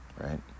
Right